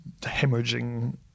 hemorrhaging